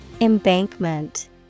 Embankment